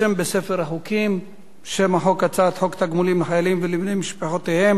חוק תגמולים לחיילים ולבני משפחותיהם